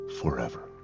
forever